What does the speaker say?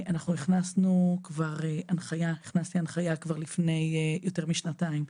אנחנו הכנסנו כבר הנחיה כבר לפני יותר משנתיים,